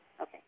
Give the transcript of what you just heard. Okay